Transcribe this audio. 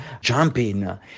jumping